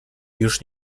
już